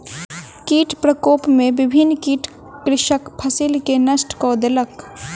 कीट प्रकोप में विभिन्न कीट कृषकक फसिल के नष्ट कय देलक